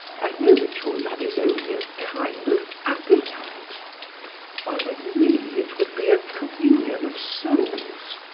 i know that your love is only a kind of appetite while with me it would be a communion of souls.